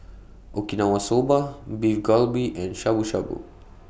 Okinawa Soba Beef Galbi and Shabu Shabu